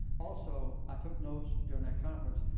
also, i took notes during that conference,